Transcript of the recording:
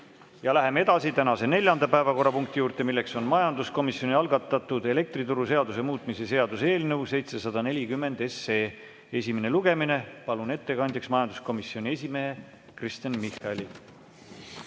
Läheme edasi tänase neljanda päevakorrapunkti juurde, milleks on majanduskomisjoni algatatud elektrituruseaduse muutmise seaduse eelnõu 740 esimene lugemine. Palun ettekandjaks majanduskomisjoni esimehe Kristen Michali.